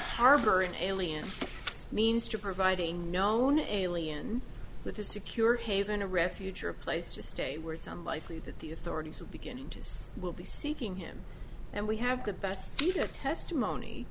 harbor an alien means to provide a known alien with a secure haven a refuge or a place to stay where it's unlikely that the authorities are beginning to will be seeking him and we have the best t